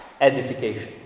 edification